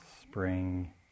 spring